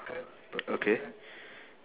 okay